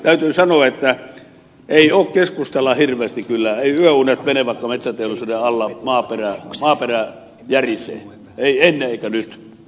täytyy sanoa että eivät keskustalla hirveästi kyllä yöunet mene vaikka metsäteollisuuden alla maaperä järisee ei näytä n